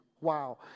Wow